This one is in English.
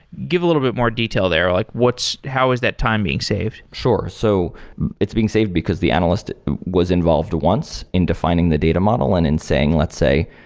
give a little bit more detail there. like how is that time being saved? sure. so it's being saved, because the analyst was involved once in defining the data model and in saying, let's say,